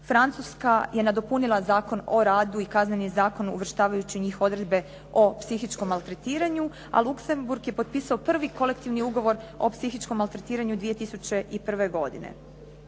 Francuska je nadopunila Zakon o radu i Kazneni zakon uvrštavajući u njih odredbe o psihičkom maltretiranju a Luxemburg je potpisao prvi kolektivni ugovor o psihičkom maltretiranju 2001. godine.